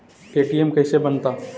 ATM कैसे बनता?